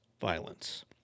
violence